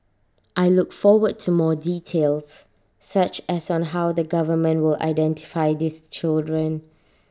I look forward to more details such as on how the government will identify these children